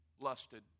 lusted